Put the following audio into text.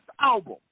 album